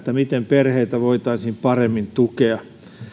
miten perheitä voitaisiin paremmin tukea